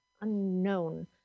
unknown